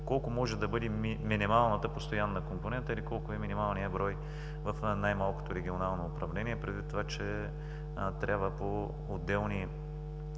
колко може да бъде минималната постоянна компонента или колко е минималният брой в най-малкото регионално управление, предвид че трябва в отделните